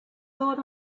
thought